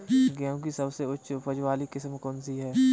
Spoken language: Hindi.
गेहूँ की सबसे उच्च उपज बाली किस्म कौनसी है?